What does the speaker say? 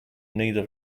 neither